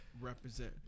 represent